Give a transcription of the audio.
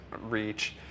reach